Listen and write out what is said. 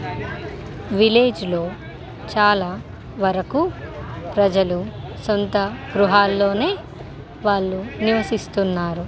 విలేజ్లో చాలా వరకు ప్రజలు సొంత గృహాల్లోనే వాళ్ళు నివసిస్తున్నారు